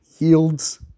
yields